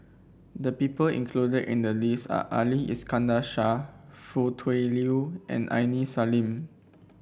the people included in the list are Ali Iskandar Shah Foo Tui Liew and Aini Salim